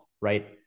Right